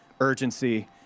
urgency